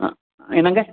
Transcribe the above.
ம் என்னங்க